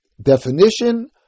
definition